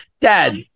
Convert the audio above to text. Dad